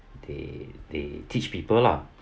they they teach people lah